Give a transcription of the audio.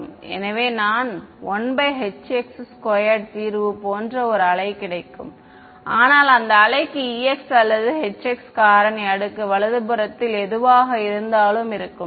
எனவே நான் 1hx 2 தீர்வு போன்ற ஒரு அலை கிடைக்கும் ஆனால் அந்த அலைக்கு ex அல்லது hx காரணி அடுக்கு வலதுபுறத்தில் எதுவாக இருந்தாலும் இருக்கும்